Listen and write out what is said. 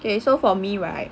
okay so for me right